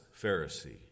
Pharisee